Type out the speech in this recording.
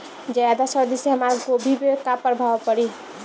ज्यादा सर्दी से हमार गोभी पे का प्रभाव पड़ी?